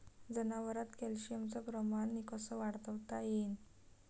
जनावरात कॅल्शियमचं प्रमान कस वाढवता येईन?